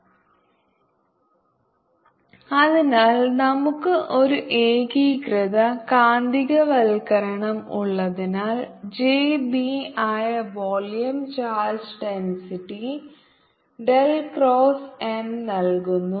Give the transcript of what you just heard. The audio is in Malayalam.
Kb Mn Mzz 0 അതിനാൽ നമുക്ക് ഒരു ഏകീകൃത കാന്തികവൽക്കരണം ഉള്ളതിനാൽ j b ആയ volume charge density del cross M നൽകുന്നു